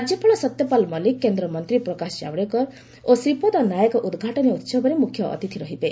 ରାଜ୍ୟପାଳ ସତ୍ୟପାଳ ମଲ୍ଲିକ୍ କେନ୍ଦ୍ରମନ୍ତ୍ରୀ ପ୍ରକାଶ ଜାବ୍ଡେକର ଓ ଶ୍ରୀପଦ ନାୟକ ଉଦ୍ଘାଟନୀ ଉହବରେ ମ୍ରଖ୍ୟ ଅତିଥି ରହିବେ